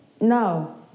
No